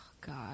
God